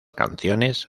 canciones